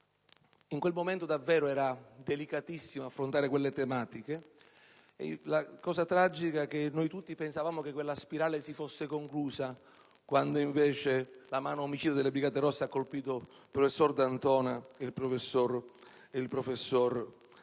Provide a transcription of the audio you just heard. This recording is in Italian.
In quel momento davvero era delicatissimo affrontare quelle tematiche. La cosa tragica era che noi tutti pensavamo che quella spirale si fosse conclusa, quando invece la mano omicida delle Brigate Rosse colpì il professor D'Antona e il professor Biagi.